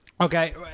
Okay